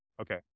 okay